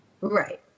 Right